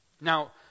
Now